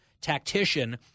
tactician